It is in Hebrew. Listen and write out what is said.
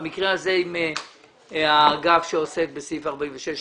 במקרה הזה עם האגף שעוסק בסעיף 46,